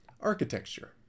Architecture